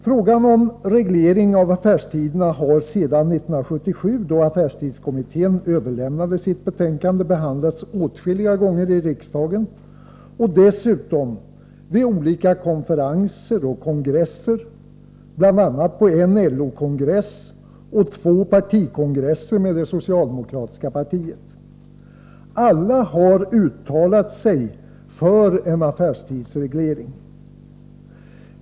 Frågan om reglering av affärstiderna har sedan 1977, då affärstidskommittén överlämnade sitt betänkande, behandlats åtskilliga gånger i riksdagen och dessutom vid olika konferenser och kongresser, bl.a. en LO-kongress och två socialdemokratiska partikongresser. Alla har uttalat sig för en affärstidsreglering.